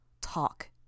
Talk